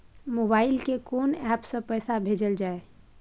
Mobile के कोन app से पैसा भेजल जाए?